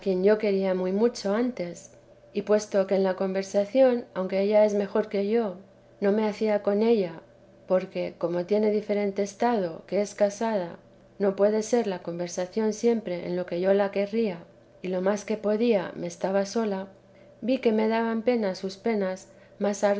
yo quería muy mucho antes y puesto que en la conversación aunque ella es mejor que yo no me hacía con ella porque como tiene diferente estado que es casada no puede ser la conversación siempre en lo que yo la querría y lo más que podía me estaba sola vi que me daban pena sus penas